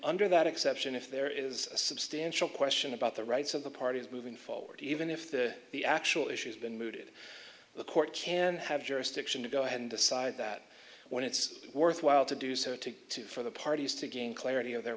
under that exception if there is a substantial question about the rights of the parties moving forward even if the the actual issues been mooted the court can have jurisdiction to go ahead and decide that when it's worthwhile to do so to two for the parties to gain clarity of their